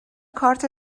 کارت